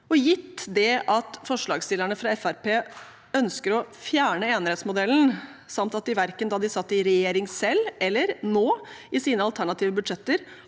år. Gitt at forslagsstillerne fra Fremskrittspartiet ønsker å fjerne enerettsmodellen, samt at de verken da de satt i regjering selv, eller nå, i sine alternative budsjetter,